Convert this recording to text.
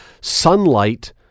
sunlight